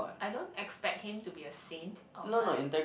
I don't expect him to be a saint outside